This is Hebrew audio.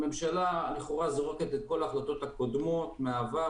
הממשלה לכאורה זורקת את כל ההחלטות הקודמות מהעבר,